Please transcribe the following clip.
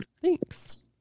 Thanks